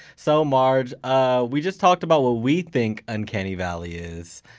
so marj, ah we just talked about what we think uncanny valley is.